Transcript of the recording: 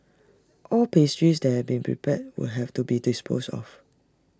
all pastries that have been prepared would have to be disposed of